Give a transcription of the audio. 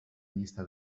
llista